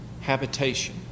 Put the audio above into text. habitation